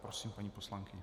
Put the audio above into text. Prosím, paní poslankyně.